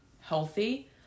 healthy